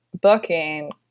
booking